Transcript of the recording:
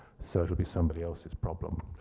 so it will be somebody else's problem.